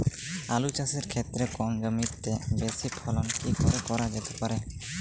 আলু চাষের ক্ষেত্রে কম জমিতে বেশি ফলন কি করে করা যেতে পারে?